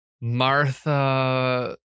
Martha